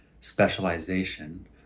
specialization